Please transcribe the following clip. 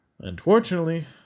Unfortunately